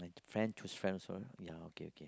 friend to friend world ya okay okay